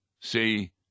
See